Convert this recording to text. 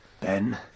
Ben